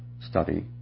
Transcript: study